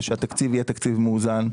ושהתקציב יהיה מאוזן.